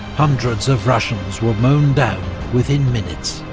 hundreds of russians were mown down within minutes.